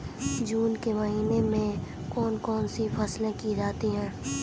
जून के माह में कौन कौन सी फसलें की जाती हैं?